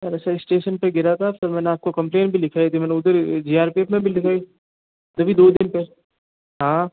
sir ऐसे station पर गिरा था फिर मैंने आपको कंप्लेंट भी लिखाई थी मैंने उधर जी आर पी एफ में लिखाई अभी दो दिन पहले हाँ